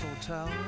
hotel